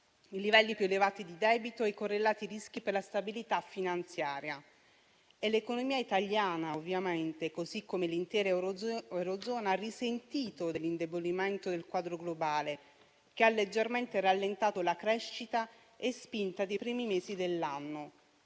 i livelli più elevati di debito e i correlati rischi per la stabilità finanziaria. L'economia italiana ovviamente, come l'intera eurozona, ha risentito dell'indebolimento del quadro globale, che ha leggermente rallentato la crescita e la spinta dei primi mesi dell'anno.